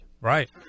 Right